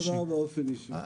שום דבר באופן אישי.